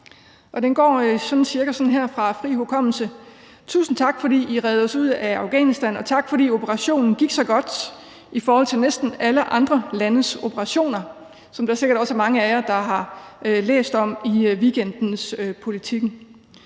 sådan cirka sådan her ud fra fri hukommelse: Tusind tak, fordi I reddede os ud af Afghanistan, og tak, fordi operationen gik så godt i forhold til næsten alle andre landes operationer, som mange af jer sikkert har læst om i weekendens Politiken.